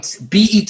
bet